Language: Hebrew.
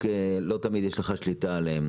לא תמיד יש שליטה על כוחות השוק,